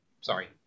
Sorry